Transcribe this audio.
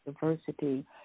diversity